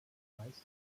meist